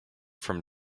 from